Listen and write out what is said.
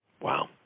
Wow